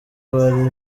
bari